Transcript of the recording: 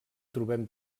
trobem